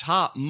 Top